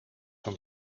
een